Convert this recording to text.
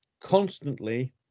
constantly